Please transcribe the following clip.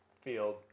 field